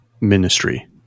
ministry